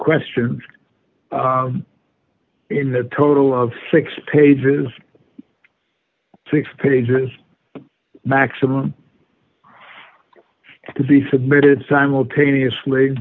questions in the total of six pages six pages maximum to be submitted simultaneously